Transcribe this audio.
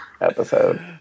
episode